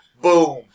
Boom